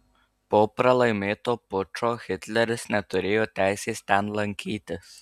po pralaimėto pučo hitleris neturėjo teisės ten lankytis